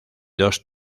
dos